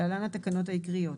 (להלן - התקנות העיקריות),